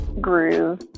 groove